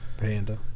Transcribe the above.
Panda